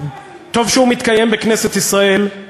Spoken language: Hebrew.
טוב שהוא מתקיים בכנסת ישראל.